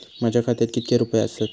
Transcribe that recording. माझ्या खात्यात कितके रुपये आसत?